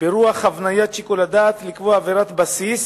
ברוח הבניית שיקול הדעת, לקבוע עבירת בסיס